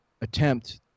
attempt